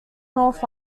north